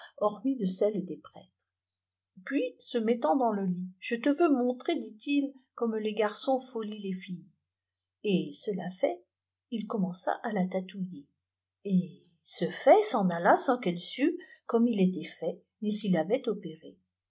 bormifi de celles des prêtres pis se mettant dans le lit je ie veux montrer dit î cotome les garçons folient les fifles et cda fait il commenç à'ia'tatoulller et ce fait s'en alla sans qu'elle sût comàie il était fait ni il avait opéré